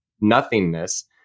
nothingness